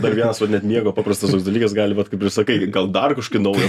dar vienas vat net nieko paprastas toks dalykas gali vat kaip ir sakai gal dar kašokį naują